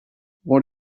what